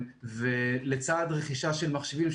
ולצד רכישה של מחשבים,